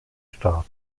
staaten